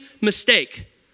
mistake